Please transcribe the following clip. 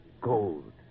Gold